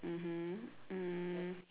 mmhmm mm